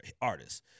artists